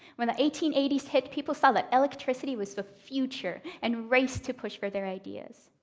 when the eighteen eighty s hit, people saw that electricity was the future and raced to push for their ideas.